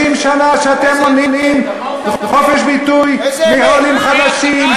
60 שנה שאתם מונעים חופש ביטוי מעולים חדשים,